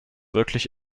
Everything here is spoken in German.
wirklich